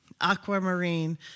aquamarine